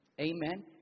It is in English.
Amen